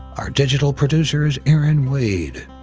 our digital producer is erin wade,